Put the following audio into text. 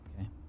Okay